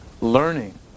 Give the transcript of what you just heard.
learning